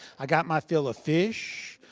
i got my fill of fish.